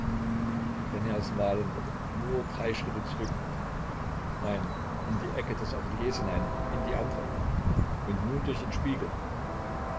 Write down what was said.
wenn er es malen würde nun drei schritte zurück nein in die ecke des ateliers hinein in die andere und nun durch den spiegel